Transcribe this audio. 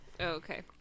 Okay